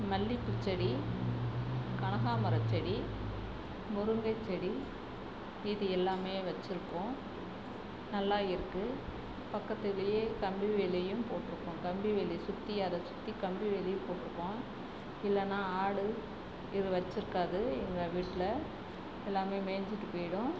மல்லிகைப்பூ செடி கனகாம்மர செடி முருங்கை செடி இது எல்லாமே வச்சுருக்கோம் நல்லா இருக்குது பக்கத்திலேயே கம்பி வேலியும் போட்டிருக்கோம் கம்பி வேலி சுற்றி அதை சுற்றி கம்பி வேலி போட்டிருக்கோம் இல்லைனா ஆடு இதை வச்சுருக்காது எங்கள் வீட்டில் எல்லாமே மேய்ஞ்சிட்டு போய்டும்